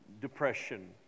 depression